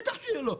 בטח שיהיה לו.